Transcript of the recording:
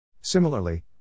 Similarly